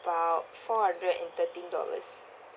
~bout four hundred and thirteen dollars